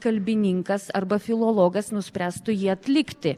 kalbininkas arba filologas nuspręstų jį atlikti